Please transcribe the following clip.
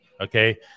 okay